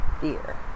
fear